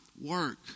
work